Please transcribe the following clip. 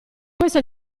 questo